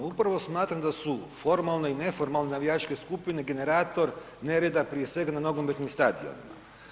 Upravo smatram da su formalne i neformalne navijačke skupine generator nereda prije svega na nogometnim stadionima.